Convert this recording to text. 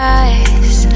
eyes